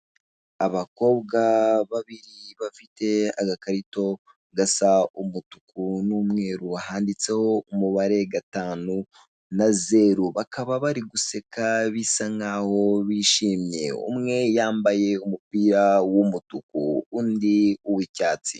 Abakobwa babiri bafite agakarito gasa umutuku n'umweru handitseho umubare gatanu na zero bakaba bari guseka bisa nk'aho bishimye umwe yambaye umupira w'umutuku undi uw'icyatsi.